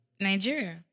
Nigeria